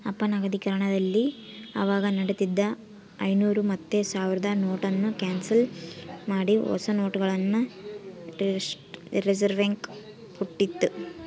ಅಪನಗದೀಕರಣದಲ್ಲಿ ಅವಾಗ ನಡೀತಿದ್ದ ಐನೂರು ಮತ್ತೆ ಸಾವ್ರುದ್ ನೋಟುನ್ನ ಕ್ಯಾನ್ಸಲ್ ಮಾಡಿ ಹೊಸ ನೋಟುಗುಳ್ನ ರಿಸರ್ವ್ಬ್ಯಾಂಕ್ ಬುಟ್ಟಿತಿ